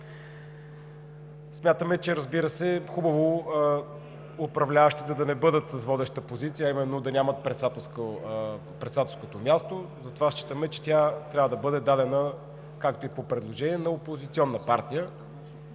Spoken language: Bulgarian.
Смятаме, разбира се, че е хубаво управляващите да не бъдат с водеща позиция, а именно да нямат председателското място. Затова считаме, че тя трябва да бъде дадена, както е по предложение, на опозиционна партия.